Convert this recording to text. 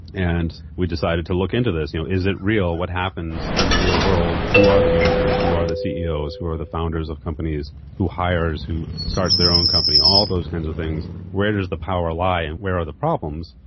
and we decided to look into this you know is it real, what happens in the real world, who are the managers, who are the ceos, who are the founders of companies, who hires, who starts their own company? all those sorts of things. where does the power lie and where are the problems?